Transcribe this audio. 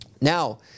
Now